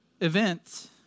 events